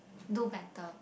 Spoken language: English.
do better